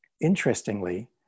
Interestingly